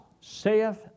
saith